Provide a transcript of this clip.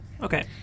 okay